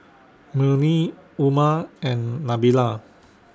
Murni Umar and Nabila